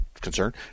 concern